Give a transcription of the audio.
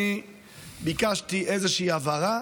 אני ביקשתי איזושהי הבהרה,